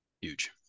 Huge